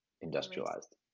industrialized